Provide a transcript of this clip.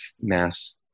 mass